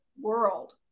world